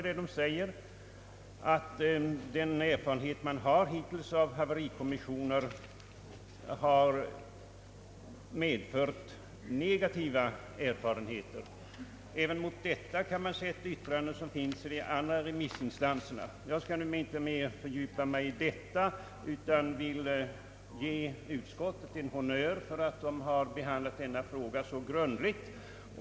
Den säger att erfarenheterna hittills av haverikommissioner har varit negativa, Även mot detta kan man sätta ett yttrande från de andra remissinstanserna. Jag skall emellertid inte fördjupa mig i detta, utan jag vill ge utskottet en honnör för att man behandlat denna fråga så grundligt.